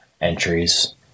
entries